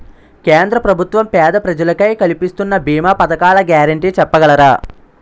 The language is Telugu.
కేంద్ర ప్రభుత్వం పేద ప్రజలకై కలిపిస్తున్న భీమా పథకాల గ్యారంటీ చెప్పగలరా?